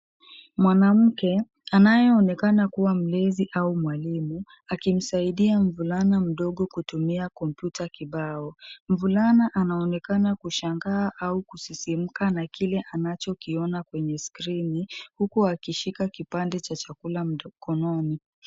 Mwanmake anayeonekana kuwa mlezi au mwalimu akimsaidia mvulana mdogo kutumia kompyuta kibao, mvulana anaonekana kushanga au kusisimka na kile anachokiona kwenye skrini huku akishika kipande cha chakula mkononi.